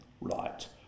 right